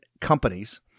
companies